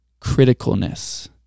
Criticalness